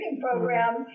program